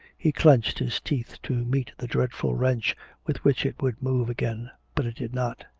he clenched his teeth to meet the dreadful wrench with which it would move again but it did not.